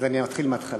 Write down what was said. אז אני מתחיל מההתחלה.